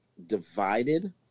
divided